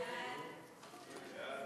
ההצעה